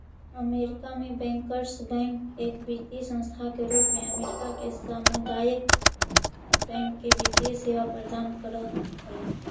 America में bankers bank एक वित्तीय संस्था के रूप में अमेरिका के सामुदायिक बैंक के वित्तीय सेवा प्रदान कर हइ